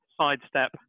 sidestep